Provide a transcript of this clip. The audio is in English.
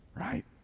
right